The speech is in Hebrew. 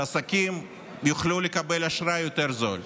שעסקים יוכלו לקבל אשראי זול יותר,